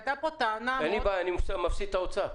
עלתה פה טענה מאוד --- אני אפסיד את האוצר,